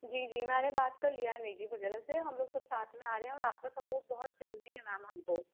जी जी मैंने बात कर लिया है नेडी वगैरा से हम लोग सब साथ में आ रए हैं और आपका सपोर्ट बहोत जरूरी है मैम हमको